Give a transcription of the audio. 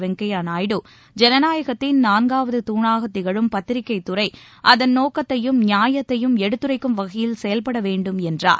வெங்கையா நாயுடு ஜனநாயகத்தின் நான்காவது தாணாக திகழும் பத்திரிக்கைத்துறை அதன் நோக்கத்தையும் நியாயத்தையும் எடுத்துரைக்கும் வகையில் செயல்பட வேண்டும் என்றார்